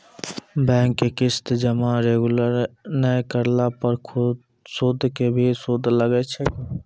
Bank के किस्त जमा रेगुलर नै करला पर सुद के भी सुद लागै छै कि?